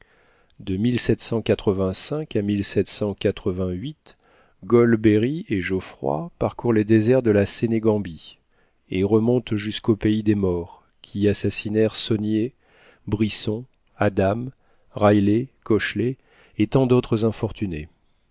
de à g berry et geoffroy parcourent les déserts de la sénégambie et remontent jusqu'au pays des maures qui assassinèrent saugnier brisson adam riley cochelet et tant d'autres infortunés